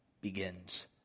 begins